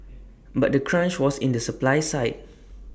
but the crunch was in the supply side